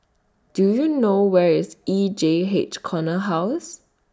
Do YOU know Where IS E J H Corner House